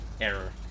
error